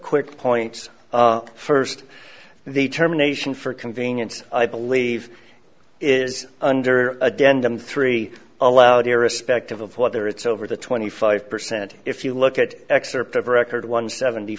quick points first the term nation for convenience i believe is under again to three aloud irrespective of whether it's over the twenty five percent if you look at excerpt of record one seventy